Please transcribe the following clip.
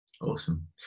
awesome